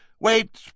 Wait